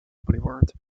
boulevard